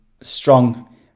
strong